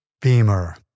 Beamer